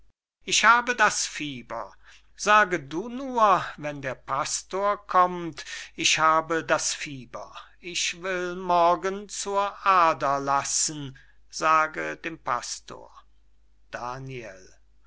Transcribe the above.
ich habe das fieber sage du nur wenn der pastor kommt ich habe das fieber ich will morgen zur ader lassen sage dem pastor daniel